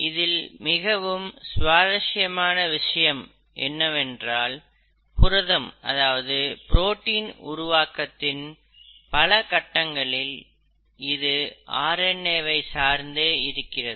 இதில் மிகவும் சுவாரஸ்யமான விஷயம் என்னவென்றால் புரத உருவாக்கத்தின் பல கட்டங்களில் அது ஆர் என் ஏ வை சார்ந்தே இருக்கிறது